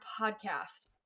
podcast